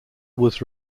was